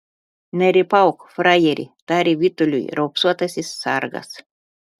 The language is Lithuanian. nerypauk frajeri tarė vytuliui raupsuotasis sargas